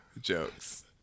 jokes